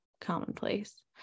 commonplace